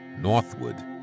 northward